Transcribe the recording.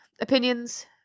Opinions